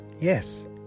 Yes